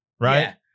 right